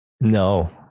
No